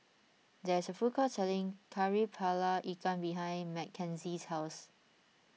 there is a food court selling Kari Kepala Ikan behind Mckenzie's house